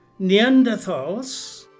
Neanderthals